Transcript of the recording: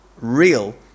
real